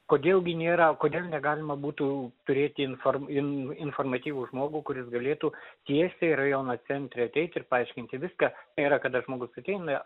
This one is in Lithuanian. kodėl gi nėra kodėl negalima būtų turėti inform in informatyvų žmogų kuris galėtų tiesiai rajono centre ateit ir paaiškinti viską yra kada žmogus ateina